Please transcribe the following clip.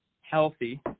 healthy